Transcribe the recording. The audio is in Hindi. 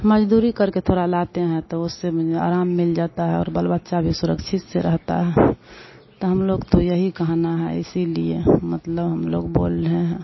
मज़दूरी करके थोड़ा लाते हैं तो उससे अराम मिल जाता है और बाल बच्चे भी सुरक्षित से रहता है तो हम लोग तो यही कहना है इसीलिए मतलब हम लोग बोल रहे हैं